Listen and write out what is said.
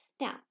Now